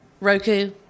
Roku